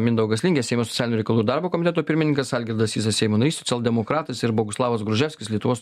mindaugas lingė seimo socialinių reikalų ir darbo komiteto pirmininkas algirdas sysas seimo narys socialdemokratas ir boguslavas gruževskis lietuvos